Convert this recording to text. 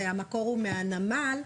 המקור הוא מהנמל,